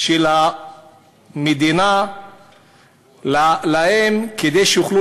של המדינה להם כדי שיוכלו